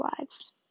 lives